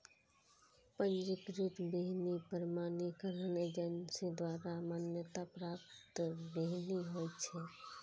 पंजीकृत बीहनि प्रमाणीकरण एजेंसी द्वारा मान्यता प्राप्त बीहनि होइ छै